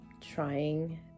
trying